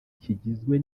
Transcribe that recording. kigizwe